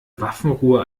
waffenruhe